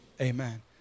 amen